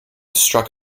struck